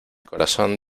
corazón